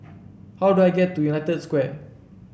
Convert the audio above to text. how do I get to United Square